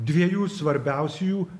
dviejų svarbiausiųjų